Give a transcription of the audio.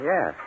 Yes